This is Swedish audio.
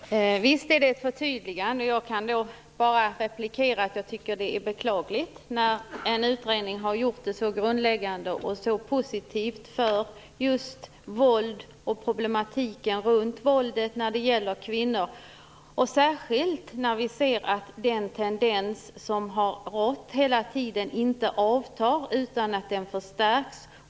Herr talman! Visst är det ett förtydligande. Jag kan då bara replikera att jag tycker att det är beklagligt, eftersom en utredning har gjort ett så grundläggande och positivt arbete i fråga om våld och problematiken runt våld när det gäller kvinnor. Det är beklagligt särskilt som vi ser att den tendens som finns inte avtar utan förstärks.